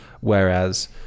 whereas